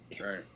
right